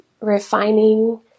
refining